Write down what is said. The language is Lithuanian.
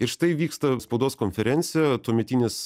ir štai vyksta spaudos konferencija tuometinis